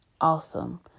awesome